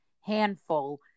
handful